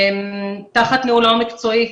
תחת ניהולו המקצועי,